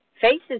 Faces